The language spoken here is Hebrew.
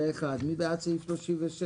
אושר מי בעד סעיף 33?